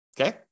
okay